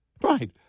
Right